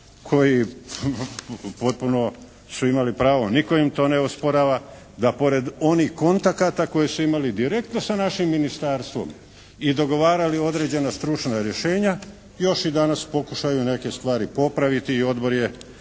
koji potpuno su imali pravo, nitko im to ne osporava, da pored onih kontakata koje su imali direktno sa našim ministarstvom i dogovarali određena stručna rješenja, još i danas pokušaju neke stvari popraviti i odbor je neke